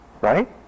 Right